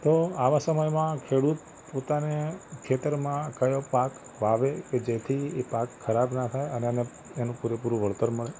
તો આવા સમયમાં ખેડૂત પોતાને ખેતરમાં કયો પાક વાવે કે જેથી એ પાક ખરાબ ન થાય અને એને પૂરેપૂરું વળતર મળે